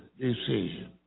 decision